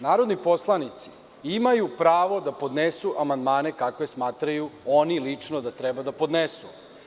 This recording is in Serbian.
Narodni poslanici imaju pravo da podnesu amandmane kako oni lično smatraju da treba da podnesu.